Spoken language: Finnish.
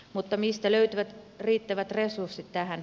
mutta mistä löytyvät riittävät resurssit tähän